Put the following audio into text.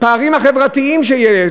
הפערים החברתיים שיש.